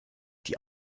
die